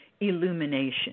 illumination